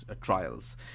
trials